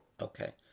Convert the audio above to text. Okay